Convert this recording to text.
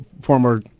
former